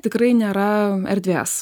tikrai nėra erdvės